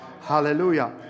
hallelujah